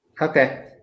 okay